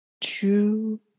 Two